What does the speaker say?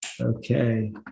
Okay